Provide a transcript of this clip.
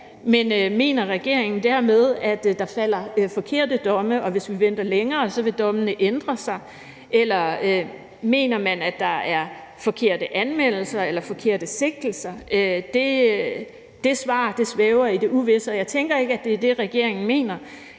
men mener regeringen dermed, at der falder forkerte domme, og at hvis vi venter længere, så vil dommene ændre sig, eller mener man, at der er forkerte anmeldelser eller forkerte sigtelser? Det svar svæver i det uvisse, og jeg tænker ikke, at det er det, regeringen mener.